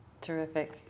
terrific